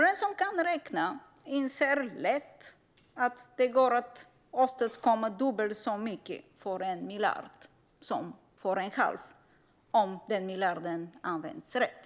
Den som kan räkna inser lätt att det går att åstadkomma dubbelt så mycket för 1 miljard som för en halv, om den miljarden används rätt.